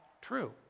true